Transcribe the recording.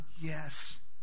Yes